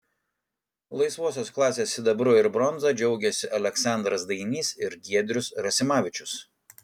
laisvosios klasės sidabru ir bronza džiaugėsi aleksandras dainys ir giedrius rasimavičius